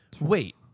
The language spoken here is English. Wait